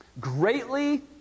greatly